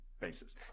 basis